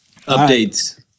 Updates